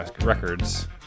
Records